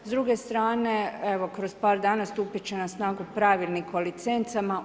S druge strane, evo kroz par dana stupit će na snagu Pravilnik o licencama.